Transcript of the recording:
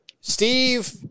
Steve